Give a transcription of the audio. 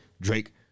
Drake